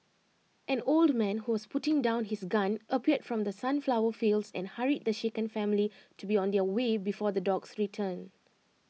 an old man who was putting down his gun appeared from the sunflower fields and hurried the shaken family to be on their way before the dogs return